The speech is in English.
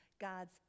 God's